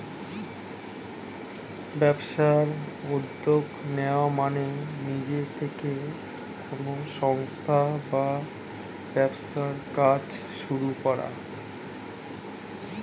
ব্যবসায় উদ্যোগ নেওয়া মানে নিজে থেকে কোনো সংস্থা বা ব্যবসার কাজ শুরু করা